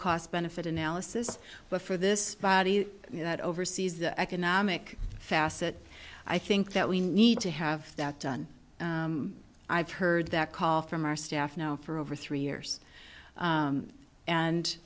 cost benefit analysis but for this body that oversees the economic facet i think that we need to have that done i've heard that call from our staff now for over three years